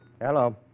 Hello